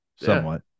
somewhat